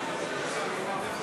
46